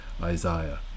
isaiah